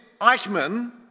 Eichmann